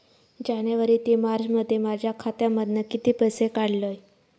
जानेवारी ते मार्चमध्ये माझ्या खात्यामधना किती पैसे काढलय?